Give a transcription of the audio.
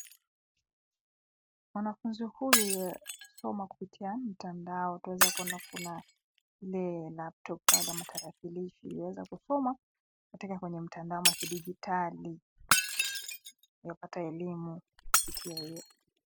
Mwanafunzi huyu anasoma kupitia mtandao; twaweza kuona kuna ile laptop ama tarakilishi yuaweza kusoma katika kwenye mtandao ama kidijitali. Yuapata elimu kupitia hiyo.